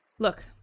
Look